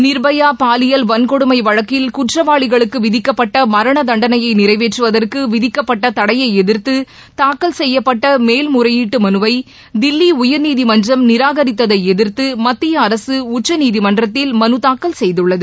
நிர்பயா பாலியல் வள்கொடுமை வழக்கில் குற்றவாளிகளுக்கு விதிக்கப்பட்ட மரணதண்டணையை நிறைவேற்றுவதற்கு விதிக்கப்பட்ட தடையை எதிர்த்து தாக்கல் செய்யப்பட்ட மேல்முறையீட்டு மனுவை தில்லி உயர்நீதிமன்றம் நிராகரித்ததை எதிர்த்து மத்திய அரசு உச்சநீதிமன்றத்தில் மனு தாக்கல் செய்துள்ளது